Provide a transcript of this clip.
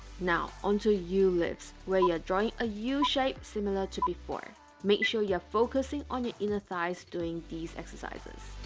now onto u lifts where you are drawing a u shape similar to before make sure you are focusing on your inner thighs doing these exercises